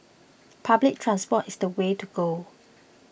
public transport is the way to go